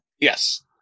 Yes